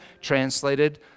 translated